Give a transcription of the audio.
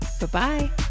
Bye-bye